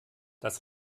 das